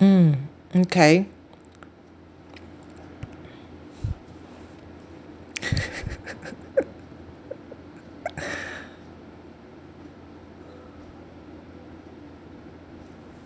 mm mm K